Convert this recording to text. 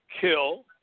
kill